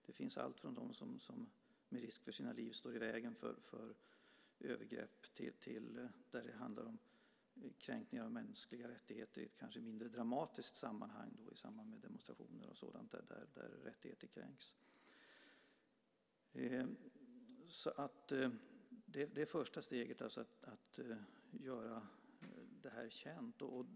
Det finns allt från de som med risk för sina liv står i vägen för övergrepp till att det handlar om kränkningar av mänskliga rättigheter i ett mindre dramatiskt sammanhang i samband med demonstrationer och sådant. Det är det första steget, att göra det här känt.